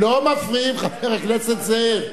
לא מפריעים, חבר הכנסת זאב.